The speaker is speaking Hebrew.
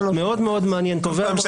מאוד מעניין, טובי המרצים.